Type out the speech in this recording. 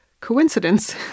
coincidence